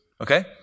Okay